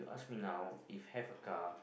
now if have a car